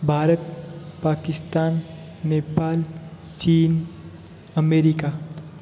भारत पाकिस्तान नेपाल चीन अमेरिका